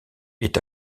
est